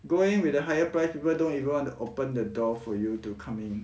going with a higher price people don't even want to open the door for you to come in